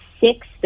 six